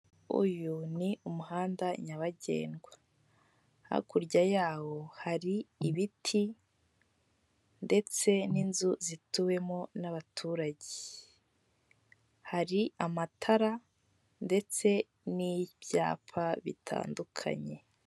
Uyu ni umuhanda nyabagendwa, hakurya yawo hari ibiti ndetse n'inzu zituwemo n'abaturage, hari amatara ndetse n'ibyapa bitandukanye.